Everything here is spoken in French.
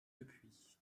depuis